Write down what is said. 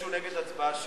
לא לדבר במליאת הכנסת,